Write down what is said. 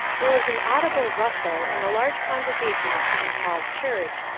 there was an audible rustle in the large congregation of st. paul's church,